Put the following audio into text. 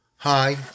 Hi